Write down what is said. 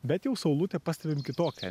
bet jau saulutę pastebim kitokią